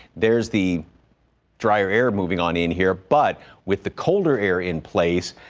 there's the drier air moving on in here but with the colder air in place,